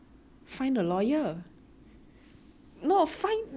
no find marry rich person that's the easiest way to be a tai tai